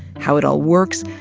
how it all works,